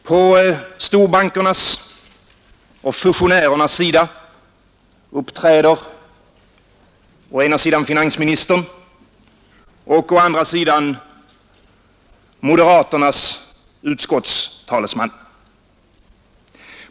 På storbankernas och fusionärernas sida uppträder å ena sidan finansminis tern och å andra sidan moderaternas talesman.